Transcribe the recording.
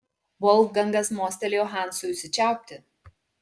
volfgangas mostelėjo hansui užsičiaupti